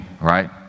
right